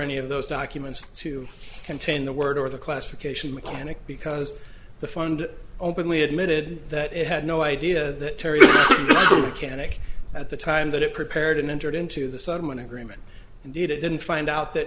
any of those documents to contain the word or the classification mechanic because the fund openly admitted that it had no idea that terry cannick at the time that it prepared and entered into the sudden agreement didn't find out that